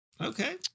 Okay